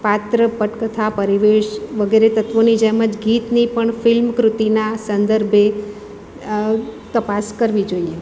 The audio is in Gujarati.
પાત્ર પટકથા પરિવેશ વગેરે તત્ત્વોની જેમ જ ગીતની પણ ફિલ્મ કૃતિના સંદર્ભે તપાસ કરવી જોઈએ